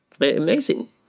amazing